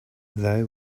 they